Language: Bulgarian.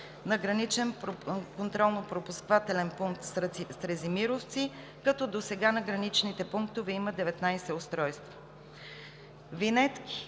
на Граничен контролно-пропускателен пункт Стразимировци, като досега на граничните пунктове има 19 устройства. Винетки